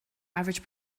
average